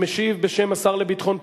שמשיב בשם השר לביטחון הפנים.